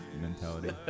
mentality